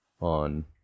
on